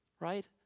Right